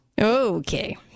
Okay